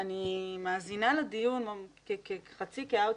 אני מאזינה לדיון חצי כאאוטסיידרית,